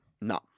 No